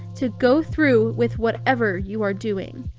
to go through with whatever you are doing.